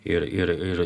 ir ir ir